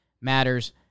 matters